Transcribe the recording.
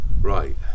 Right